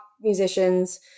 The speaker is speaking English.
musicians